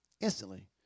Instantly